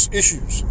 issues